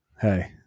hey